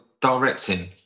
directing